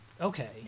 Okay